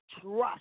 trust